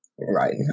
Right